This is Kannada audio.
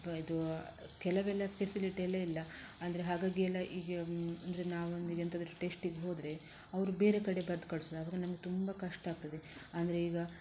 ಇದು ಕೆಲವೆಲ್ಲ ಫೆಸಿಲಿಟಿಯೆಲ್ಲ ಇಲ್ಲ ಅಂದರೆ ಹಾಗಾಗಿ ಎಲ್ಲ ಹೀಗೆ ಅಂದರೆ ನಾವೊಂದು ಎಂಥದಾದರೂ ಟೆಸ್ಟಿಗೆ ಹೋದರೆ ಅವರು ಬೇರೆ ಕಡೆ ಬರೆದು ಕಳ್ಸುದು ಆವಾಗ ನಮಗೆ ತುಂಬ ಕಷ್ಟ ಆಗ್ತದೆ ಅಂದರೆ ಈಗ